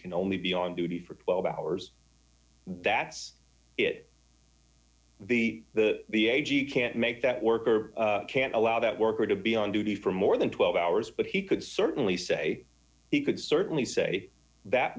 can only be on duty for twelve hours thats it the the b a g can't make that worker can't allow that worker to be on duty for more than twelve hours but he could certainly say he could certainly say that